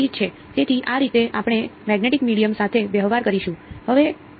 તેથી આ રીતે આપણે મેગ્નેટિક મીડિયમ સાથે વ્યવહાર કરીશું